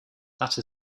that